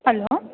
hello